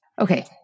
Okay